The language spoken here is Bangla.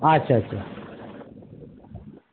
আচ্ছা আচ্ছা